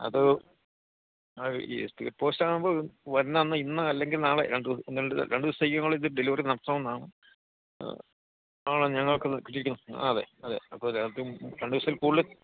അപ്പോള് അയ് ഈ സ്പീഡ്പോസ്റ്റാകുമ്പോള് വരുന്ന അന്ന് ഇന്ന് അല്ലെങ്കിൽ നാളെ രണ്ടു ദിവസം രണ്ട് രണ്ടു ദിവസത്തേക്ക് നിങ്ങള് ഇത് ഡെലിവറി നടത്തണമെന്നാണ് ആണ് ഞങ്ങള്ക്കൊന്ന് കിട്ടിയിരിക്കുന്നത് അതേ അതെ അപ്പോള് ഞങ്ങള്ക്ക് രണ്ടു ദിവസത്തിൽ കൂടുതല്